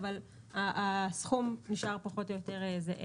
אבל הסכום נשאר פחות או יותר זהה.